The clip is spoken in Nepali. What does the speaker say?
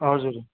हजुर